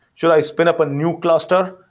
should i spin up a new cluster?